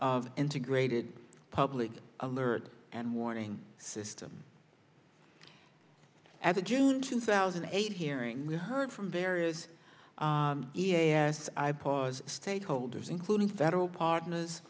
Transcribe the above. of integrated public alert and warning system at the june two thousand and eight hearing we heard from various e a s i pause state holders including federal partners